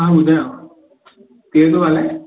हा ॿुधायो केर थो ॻाल्हाए